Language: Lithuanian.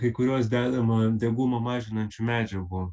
kai kuriuos dedama degumo mažinančių medžiagų